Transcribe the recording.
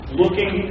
looking